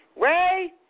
Ray